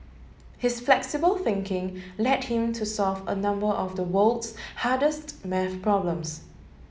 his flexible thinking led him to solve a number of the world's hardest maths problems